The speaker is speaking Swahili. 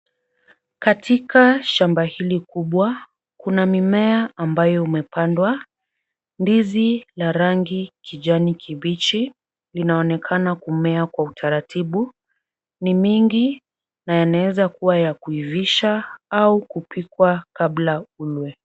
Katika shamba hili kubwa, kuna mimea ambayo imepandwa, ndizi la rangi kijani kibichi inaonekana kumea kwa utaratibu. Ni mingi na yanaweza kuwa ya kuivisha au kupikwa kabla ule.